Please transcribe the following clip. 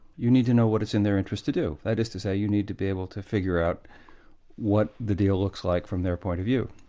you need to know what it's in their interest to do. that is to say, you need to be able to figure out what the deal looks like from their point of view.